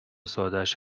سادش